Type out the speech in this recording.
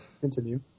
Continue